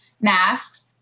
masks